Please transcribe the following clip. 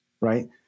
right